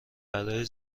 برای